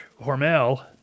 Hormel